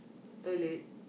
toilet